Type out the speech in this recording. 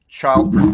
child